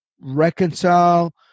reconcile